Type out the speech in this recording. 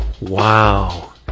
Wow